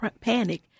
panic